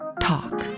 talk